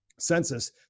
Census